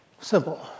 Simple